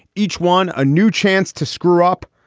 each one a new chance to screw up.